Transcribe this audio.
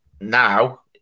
now